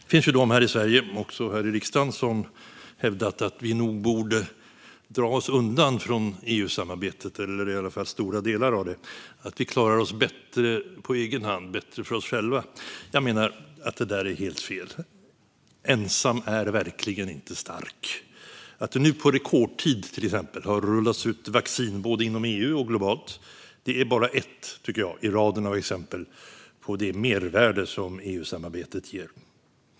Det finns de här i Sverige, också här i riksdagen, som hävdar att vi borde dra oss undan från EU-samarbetet eller i alla fall stora delar av det och att vi klarar oss bättre på egen hand, för oss själva. Jag menar att det är helt fel. Ensam är verkligen inte stark. Att det nu på rekordtid har rullats ut vaccin, både inom EU och globalt, är bara ett i raden av exempel på det mervärde som EU-samarbetet ger.